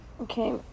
Okay